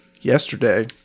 yesterday